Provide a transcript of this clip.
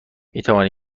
میتوانم